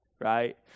right